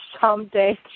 someday